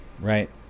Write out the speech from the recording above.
Right